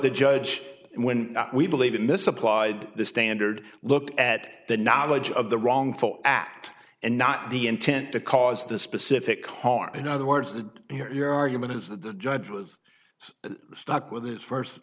the judge when we believe it misapplied the standard look at the knowledge of the wrongful act and not the intent to cause the specific harm in other words that you're argument is that the judge was stuck with his first